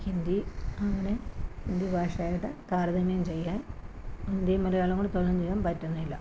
ഹിന്ദി അങ്ങനെ ഹിന്ദി ഭാഷായായിട്ട് താരതമ്യം ചെയ്യാൻ ഹിന്ദിയും മലയാളവും കൂടി ഭാഗം ചെയ്യാൻ പറ്റുന്നില്ല